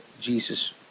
Jesus